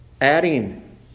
adding